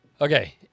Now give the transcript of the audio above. Okay